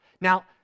Now